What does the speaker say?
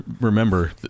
remember